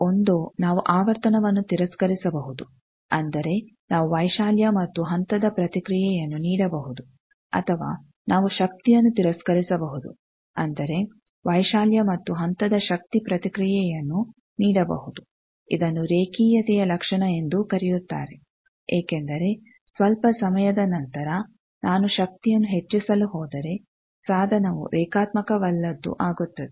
ಒಂದೋ ನಾವು ಆವರ್ತನವನ್ನು ತಿರಸ್ಕರಿಸಬಹುದು ಅಂದರೆ ನಾವು ವೈಶಾಲ್ಯ ಮತ್ತು ಹಂತದ ಪ್ರತಿಕ್ರಿಯೆಯನ್ನು ನೀಡಬಹುದು ಅಥವಾ ನಾವು ಶಕ್ತಿಯನ್ನು ತಿರಸ್ಕರಿಸಬಹುದು ಅಂದರೆ ವೈಶಾಲ್ಯ ಮತ್ತು ಹಂತದ ಶಕ್ತಿ ಪ್ರತಿಕ್ರಿಯನ್ನು ನೀಡಬಹುದು ಇದನ್ನು ರೇಖೀಯತೆಯ ಲಕ್ಷಣ ಎಂದೂ ಕರೆಯುತ್ತಾರೆ ಏಕೆಂದರೆ ಸ್ವಲ್ಪ ಸಮಯದ ನಂತರ ನಾನು ಶಕ್ತಿಯನ್ನು ಹೆಚ್ಚಿಸಲು ಹೋದರೆ ಸಾಧನವು ರೇಖಾತ್ಮಕವಲ್ಲದ್ದು ಆಗುತ್ತದೆ